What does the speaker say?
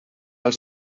els